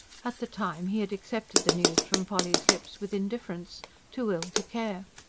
at the time he had accepted the news from polly's lips with indifference too ill to care.